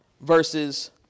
versus